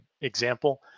example